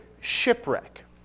shipwreck